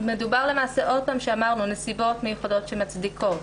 מדובר בנסיבות מיוחדות שמצדיקות,